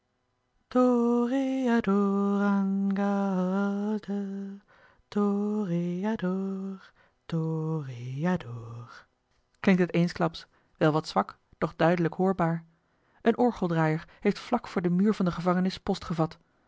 ga a a ar de toreador toreador klinkt het eensklaps wel wat zwak doch duidelijk hoorbaar een orgeldraaier heeft vlak voor den muur van de gevangenis post gevat